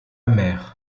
mère